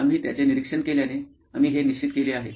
आम्ही त्याचे निरीक्षण केल्याने आम्ही हे निश्चित केले आहे